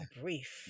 brief